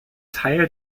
teil